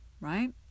Right